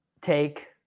take